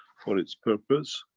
for its purpose,